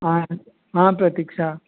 आं आं प्रतिक्षा